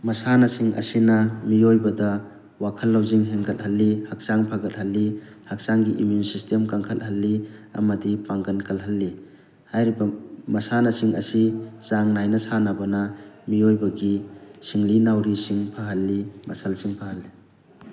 ꯃꯁꯥꯟꯅꯁꯤꯡ ꯑꯁꯤꯅ ꯃꯤꯑꯣꯏꯕꯗ ꯋꯥꯈꯜ ꯂꯧꯁꯤꯡ ꯍꯦꯟꯒꯠꯍꯜꯂꯤ ꯍꯛꯆꯥꯡ ꯐꯒꯠꯍꯜꯂꯤ ꯍꯛꯆꯥꯡꯒꯤ ꯏꯝꯃ꯭ꯌꯨꯟ ꯁꯤꯁꯇꯦꯝ ꯀꯟꯈꯠꯍꯜꯂꯤ ꯑꯃꯗꯤ ꯄꯥꯉꯒꯟ ꯀꯜꯍꯜꯂꯤ ꯍꯥꯏꯔꯤꯕ ꯃꯁꯥꯟꯅꯁꯤꯡ ꯑꯁꯤ ꯆꯥꯡ ꯅꯥꯏꯅ ꯁꯥꯟꯅꯕꯅ ꯃꯤꯑꯣꯏꯕꯒꯤ ꯁꯤꯡꯂꯤ ꯅꯥꯎꯔꯤꯁꯤꯡ ꯐꯍꯜꯂꯤ ꯃꯁꯜꯁꯤꯡ ꯐꯍꯜꯂꯤ